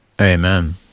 Amen